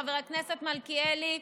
חבר הכנסת מלכיאלי,